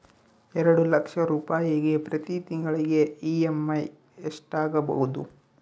ಎರಡು ಲಕ್ಷ ರೂಪಾಯಿಗೆ ಪ್ರತಿ ತಿಂಗಳಿಗೆ ಇ.ಎಮ್.ಐ ಎಷ್ಟಾಗಬಹುದು?